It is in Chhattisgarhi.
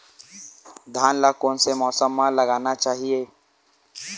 धान ल कोन से मौसम म लगाना चहिए?